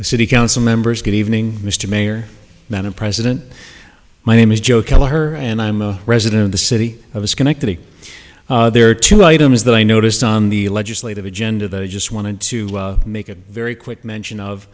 a city council members good evening mr mayor madam president my name is joe kelleher and i'm a resident of the city of schenectady there are two items that i noticed on the legislative agenda that i just wanted to make a very quick mention of